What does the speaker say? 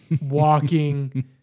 walking